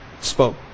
spoke